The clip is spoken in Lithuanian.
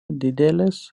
didelės